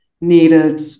needed